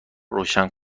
روشن